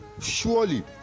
surely